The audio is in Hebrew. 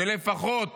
שלפחות